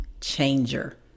changer